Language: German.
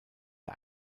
der